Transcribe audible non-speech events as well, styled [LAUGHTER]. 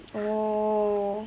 [LAUGHS]